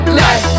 light